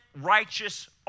righteous